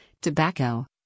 Tobacco